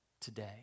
today